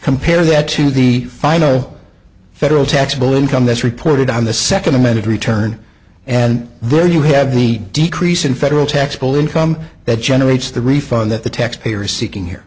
compare that to the final federal tax bill income that's reported on the second amended return and there you have the decrease in federal tax income that generates the refund that the taxpayer is seeking here